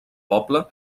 poble